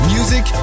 Music